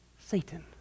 Satan